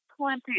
plenty